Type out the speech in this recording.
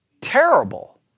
terrible